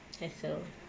hassle